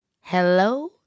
Hello